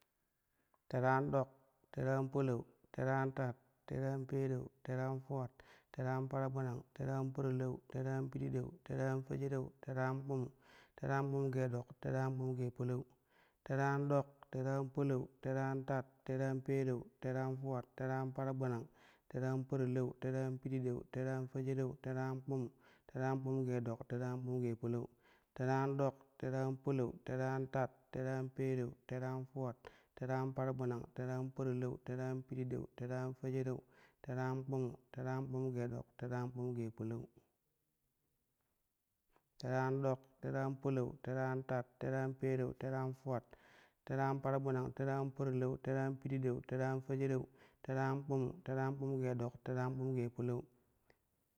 Tera an ɗok, tere an palau, tere an tat, tere an pereu, tere an fuwat, tere and paragbanang, tere and parilau, tere and pididau, tere an fejereu tere an kpumu, tere an kpumu gee ɗok tere an kpumu gee palau. Tere an ɗok, tere an palau, tere an tat, terean pereu, tere an fuwat, tere an paragbanang, tere an parilau, tere an pididau, tere an fejereu, tere an kpumu, tere na kpumu gee ɗok tere an kpumu gee palau. Tere an ɗok, tere an palau, tere an tat, terean pereu, tere an fuwat, tere an paragbanang, tere an parilau, tere an pididau, tere an fejereu, tere an kpumu, tere na kpumu gee ɗok tere an kpumu gee palau. Tere an ɗok, tere an palau, tere an tat, terean pereu, tere an fuwat, tere an paragbanang, tere an parilau, tere an pididau, tere an fejereu, tere an kpumu, tere na kpumu gee ɗok tere an kpumu gee palau.